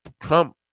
Trump